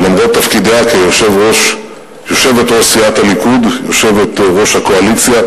ולמרות תפקידיה כיושבת-ראש סיעת הליכוד ויושבת-ראש הקואליציה,